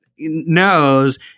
knows